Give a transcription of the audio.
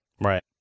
Right